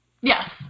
Yes